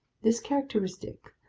this characteristic,